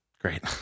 great